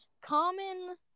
Common